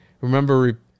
remember